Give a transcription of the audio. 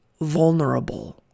vulnerable